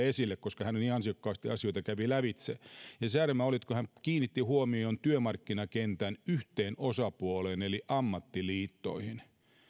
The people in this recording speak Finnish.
esille koska hän niin ansiokkaasti asioita kävi lävitse se särmä oli se kun hän kiinnitti huomion työmarkkinakentän yhteen osapuoleen eli ammattiliittoihin